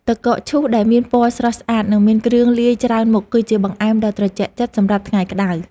ទឹកកកឈូសដែលមានពណ៌ស្រស់ស្អាតនិងមានគ្រឿងលាយច្រើនមុខគឺជាបង្អែមដ៏ត្រជាក់ចិត្តសម្រាប់ថ្ងៃក្តៅ។